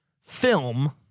film